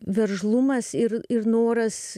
veržlumas ir ir noras